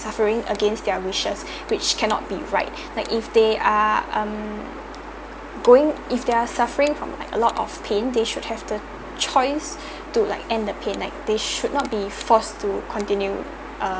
suffering against their wishes which cannot be right like if they are um going if they're suffering from like a lot of pain they should have the choice to like end the pain like they should not be forced to continue uh